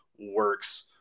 works